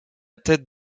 tête